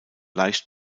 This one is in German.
leicht